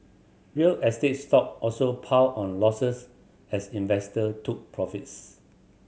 real estate stock also piled on losses as investor took profits